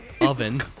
oven